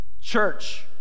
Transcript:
Church